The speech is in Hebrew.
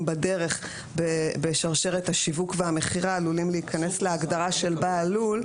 בדרך בשרשרת השיווק והמכירה עלולים להיכנס להגדרה של בעל לול.